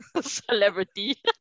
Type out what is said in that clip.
celebrity